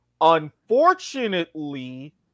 unfortunately